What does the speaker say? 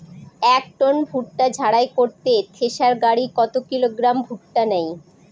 এক টন ভুট্টা ঝাড়াই করতে থেসার গাড়ী কত কিলোগ্রাম ভুট্টা নেয়?